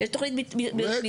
יש תוכנית מתאר ארצית של פסולת.